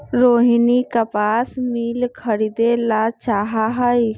रोहिनी कपास मिल खरीदे ला चाहा हई